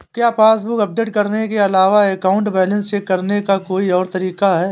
क्या passbook update करने के अलावा अकाउंट बैलेंस चेक करने का कोई और तरीका है?